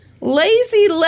Lazy